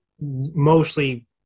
mostly